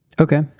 Okay